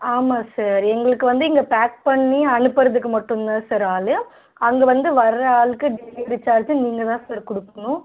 ஆமாம் சார் எங்களுக்கு வந்து இங்கே பேக் பண்ணி அனுப்புறதுக்கு மட்டும் தான் சார் ஆள் அங்கே வந்து வர்ற ஆளுக்கு டெலிவெரி சார்ஜ் நீங்கள் தான் சார் கொடுக்கணும்